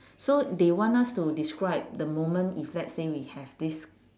so they want us to describe the moment if let's say we have this